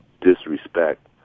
disrespect